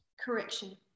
correction